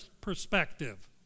perspective